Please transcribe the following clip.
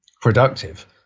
productive